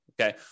Okay